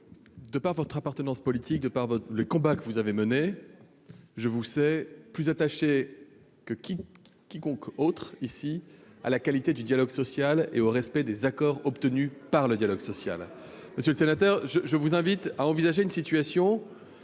de par votre appartenance politique, de par les combats que vous avez menés, je vous sais plus attaché que quiconque ici ... À la CGT !... à la qualité du dialogue social et au respect des accords obtenus à travers ce même dialogue social. Monsieur le sénateur, je vous invite à considérer une situation